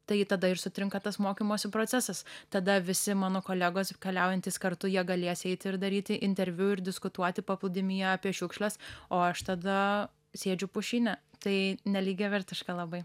tai tada ir sutrinka tas mokymosi procesas tada visi mano kolegos keliaujantys kartu jie galės eiti ir daryti interviu ir diskutuoti paplūdimyje apie šiukšles o aš tada sėdžiu pušyne tai nelygiavertiška labai